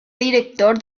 director